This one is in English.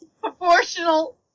Proportional